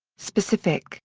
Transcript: specific